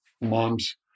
mom's